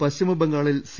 പശ്ചിമ ബംഗാളിൽ സി